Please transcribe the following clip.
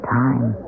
time